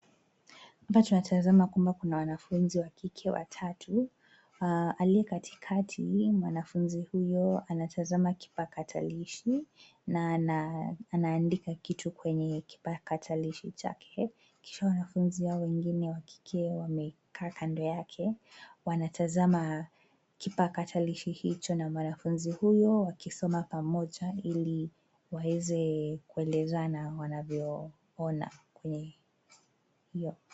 Hapa tunatazama kwamba kuna wanafunzi wa kike watatu. Aliye katikati mwanafunzi huyo anatazama kipakatalishi na anaandika kitu kwenye kipakatalishi chake kisha wanafunzi hao wengine wa kike wamekaa kando yake wanatazama kipatakalishi hicho na mwanafunzi huyo wakisoma pamoja ili waweze kuelezana wanavyoona kwenye hio.